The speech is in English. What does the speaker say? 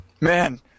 Man